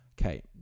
Okay